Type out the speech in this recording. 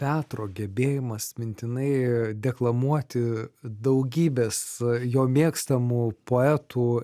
petro gebėjimas mintinai deklamuoti daugybės jo mėgstamų poetų